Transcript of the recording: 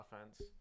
offense